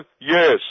Yes